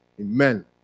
Amen